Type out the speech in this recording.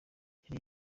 yari